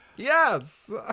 Yes